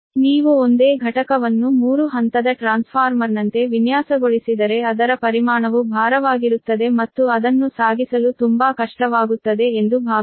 ನೀವು ಒಂದೇ ಘಟಕವನ್ನು 3 ಹಂತದ ಟ್ರಾನ್ಸ್ಫಾರ್ಮರ್ನಂತೆ ವಿನ್ಯಾಸಗೊಳಿಸಿದರೆ ಅದರ ಪರಿಮಾಣವು ಭಾರವಾಗಿರುತ್ತದೆ ಮತ್ತು ಅದನ್ನು ಸಾಗಿಸಲು ತುಂಬಾ ಕಷ್ಟವಾಗುತ್ತದೆ ಎಂದು ಭಾವಿಸೋಣ